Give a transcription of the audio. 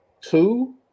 two